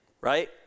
right